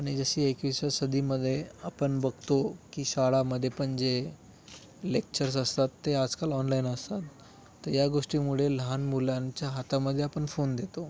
आणि जशी एकविसच्या सदीमध्ये आपण बघतो की शाळामध्ये पण जे लेक्चर्स असतात ते आजकाल ऑनलाईन असतात तर या गोष्टीमुळे लहान मुलांच्या हातामध्ये आपण फोन देतो